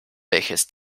welches